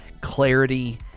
clarity